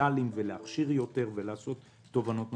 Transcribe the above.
דיגיטליים ולהכשיר יותר ולעשות תובנות נוספות.